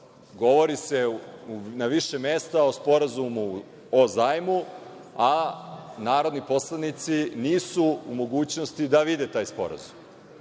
govori se na više mesta o sporazumu o zajmu, a narodni poslanici nisu u mogućnosti da vide taj sporazum. Ono